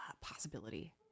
possibility